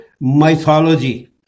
mythology